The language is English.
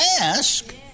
Ask